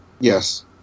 Yes